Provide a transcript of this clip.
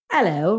Hello